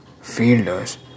fielders